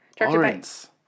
Lawrence